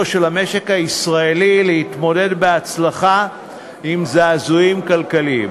של המשק הישראלי להתמודד בהצלחה עם זעזועים כלכליים.